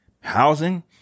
housing